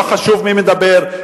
לא חשוב מי מדבר,